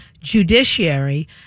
judiciary